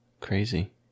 crazy